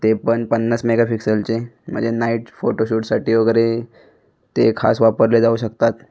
ते पण पन्नास मेगाफिक्सलचे म्हणजे नाईट फोटोशूटसाटी वगैरे ते खास वापरले जाऊ शकतात